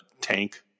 tank